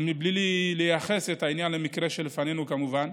ובלי לייחס את העניין למקרה שלפנינו, כמובן,